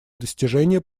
достижение